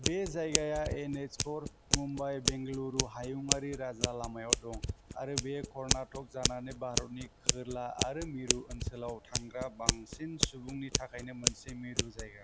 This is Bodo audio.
बे जायगाया N H four Mumbai Bengaluru हायुङारि राजा लामायाव दं आरो बेयो कर्नाटक जानानै भारतनि खोला आरो मिरु ओनसोलाव थांग्रा बांसिन सुबुंनि थाखायनो मोनसे मिरु जायगा